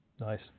Nice